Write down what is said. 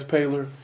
Paler